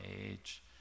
age